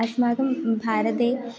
अस्माकं भारते